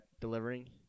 delivering